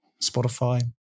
Spotify